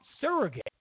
surrogate